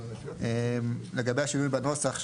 לגבי השינוי בנוסח,